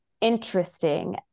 interesting